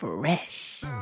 Fresh